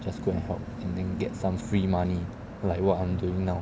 just go and help and then get some free money like what I'm doing now